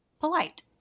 polite